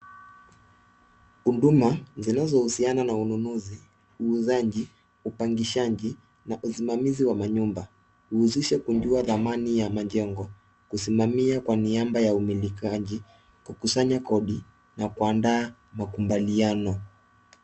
Huduma zinazohusiana na ununuzi, uuzaji, upangishaji na usimamizi wa manyumba. Huhusisha kujua thamani ya majengo, kusimamia kwa niaba ya umilikaji, kukusanya kodi na kuandaa makubaliano.